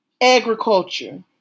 agriculture